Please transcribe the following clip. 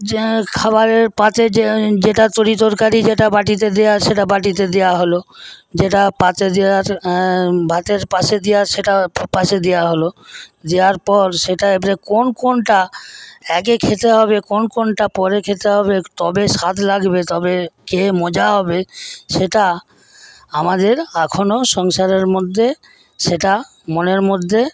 খাওয়ারের পাতে যেটা তরিতরকারি যেটা বাটিতে দেয়ার সেটা বাটিতে দেওয়া হল যেটা পাতে দেয়ার ভাতের পাশে দেয়ার সেটা পাশে দেওয়া হল দেয়ার পর সেটা কোন কোনটা আগে খেতে হবে কোন কোনটা পরে খেতে হবে তবে স্বাদ লাগবে তবে খেয়ে মজা হবে সেটা আমাদের এখনও সংসারের মধ্যে সেটা মনের মধ্যে